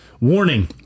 Warning